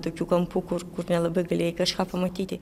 tokių kampų kur kur nelabai galėjai kažką pamatyti